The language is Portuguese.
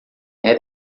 era